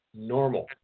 normal